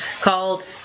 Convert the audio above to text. called